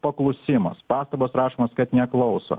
paklusimas pastabos rašomos kad neklauso